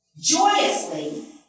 joyously